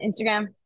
Instagram